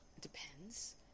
Depends